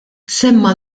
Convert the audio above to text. semma